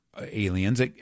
aliens